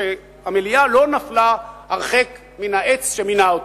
שהמליאה לא נפלה הרחק מן העץ שמינה אותה.